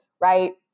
right